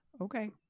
okay